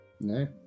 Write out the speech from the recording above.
No